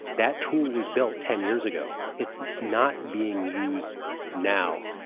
that tool was built ten years ago. it's not being used now.